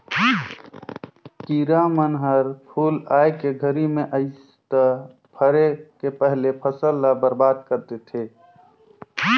किरा मन हर फूल आए के घरी मे अइस त फरे के पहिले फसल ल बरबाद कर देथे